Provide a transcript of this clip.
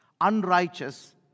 unrighteous